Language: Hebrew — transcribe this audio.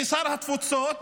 כשר התפוצות,